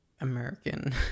American